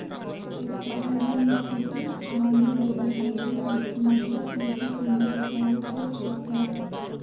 ఎక్కడైనా మిత్తికి మంది దగ్గర డబ్బు తీసుకున్నప్పుడు పూచీకింద ఈ ఖాళీ చెక్ ఇత్తారు